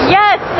yes